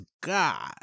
God